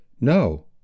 no